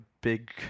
Big